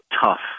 tough